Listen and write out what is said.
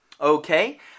Okay